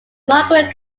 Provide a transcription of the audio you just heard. margaret